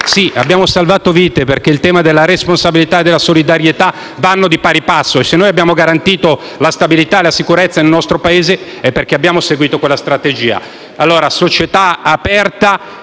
Sì, abbiamo salvato vite, perché il tema della responsabilità e della solidarietà vanno di pari passo. E, se noi abbiamo garantito la stabilità e la sicurezza nel nostro Paese, è perché abbiamo seguito quella strategia. Quindi, società aperta,